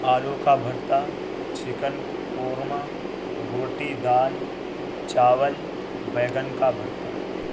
آلو کا بھرتا چکن قورمہ روٹی دال چاول بیگن کا بھرتا